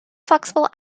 flexible